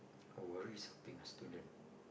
who worries about being a student